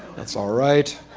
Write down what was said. that's all right.